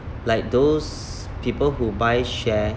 like those people who buy share